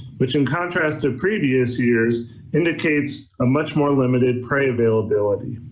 which in contrast to previous years indicates a much more limited prey availability.